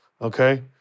Okay